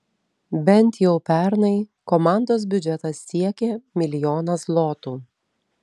bent jau pernai komandos biudžetas siekė milijoną zlotų